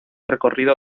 recorrido